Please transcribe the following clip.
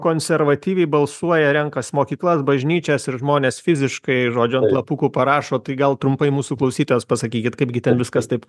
konservatyviai balsuoja renkas mokyklas bažnyčias ir žmonės fiziškai žodžiu ant lapukų parašo tai gal trumpai mūsų klausytojams pasakykit kaipgi ten viskas taip